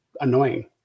annoying